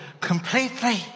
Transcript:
completely